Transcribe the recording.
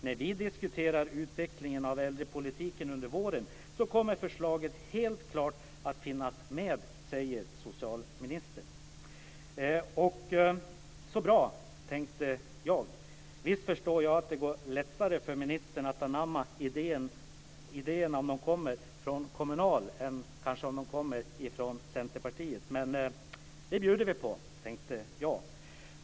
När vi diskuterar utvecklingen av äldrepolitiken under våren kommer förslaget helt klart att finnas med, säger socialministern. Så bra, tänkte jag. Visst förstår jag att det går lättare för ministern att anamma idéerna om de kommer från Kommunal än om de kommer från Centerpartiet, men det bjuder vi på, tänkte jag.